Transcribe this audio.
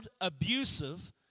abusive